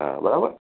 હા બરાબર